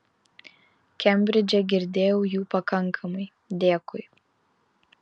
kembridže girdėjau jų pakankamai dėkui